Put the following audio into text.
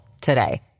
today